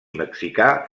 mexicà